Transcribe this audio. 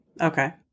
Okay